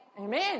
Amen